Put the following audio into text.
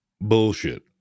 Bullshit